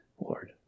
Lord